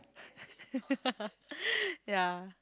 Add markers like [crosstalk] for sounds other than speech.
[laughs] yeah